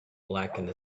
blackened